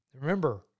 Remember